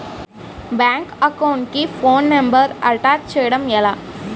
Bank account కి phone number attach చేయడం ఎలా?